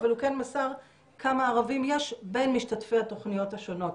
אבל הוא כן מסר כמה ערבים יש בין משתתפי התוכניות השונות.